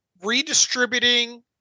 redistributing